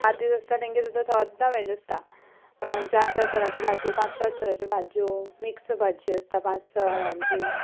पांच दीस आसता तेंगेर सुद्दां सद्दां व्हॅज आसता चार चार तरांच्यो भाज्यो पांच पांच तरांच्यो भाज्यो मिक्स भाजी आसता पांच स तरांची